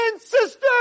sister